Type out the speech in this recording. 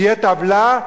תהיה טבלה,